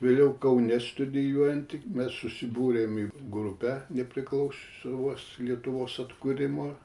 vėliau kaune studijuojant tik mes susibūrėm į grupę nepriklausomos lietuvos atkūrimo